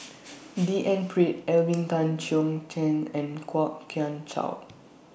D N Pritt Alvin Tan Cheong Kheng and Kwok Kian Chow